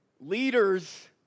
Leaders